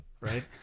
Right